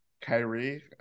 Kyrie